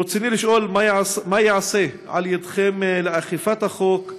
רצוני לשאול: 1. מה ייעשה על-ידיכם לאכיפת החוק?